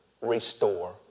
restore